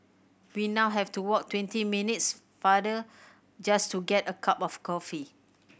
we now have to walk twenty minutes farther just to get a cup of coffee